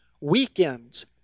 weekends